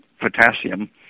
potassium